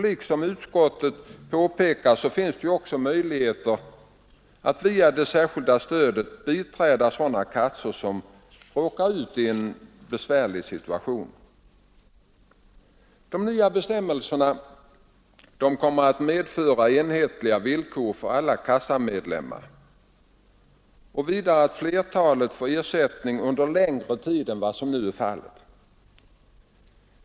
Såsom utskottet påpekar finns också möjligheten att via det särskilda stödet biträda sådana kassor som råkar i en besvärlig situation. De nya bestämmelserna kommer att medföra enhetliga villkor för alla kassamedlemmar och vidare att flertalet får ersättning under längre tid än vad som nu är fallet.